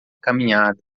caminhada